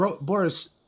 Boris